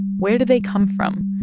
where do they come from?